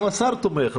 גם השר תומך.